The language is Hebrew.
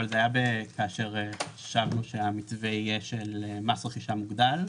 אבל זה היה כאשר חשבנו שהמתווה יהיה של מס רכישה מוגדל.